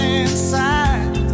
inside